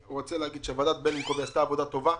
ועדת בלינקוב עשתה עבודה טובה.